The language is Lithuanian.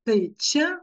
tai čia